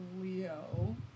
Leo